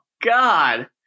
God